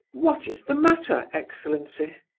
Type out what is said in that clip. what is the matter, excellency?